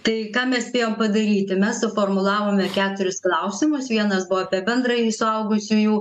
tai ką mes spėjom padaryti mes suformulavome keturis klausimus vienas buvo apie bendrąjį suaugusiųjų